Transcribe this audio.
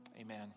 Amen